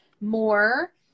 more